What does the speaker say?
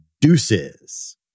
deuces